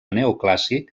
neoclàssic